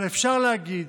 אבל אפשר להגיד